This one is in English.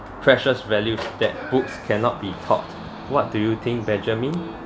precious values that books cannot be thought what do you think benjamin